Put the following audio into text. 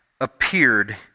appeared